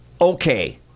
Okay